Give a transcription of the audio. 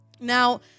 now